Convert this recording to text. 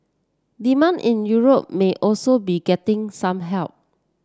demand in Europe may also be getting some help